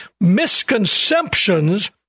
misconceptions